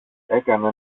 έκανε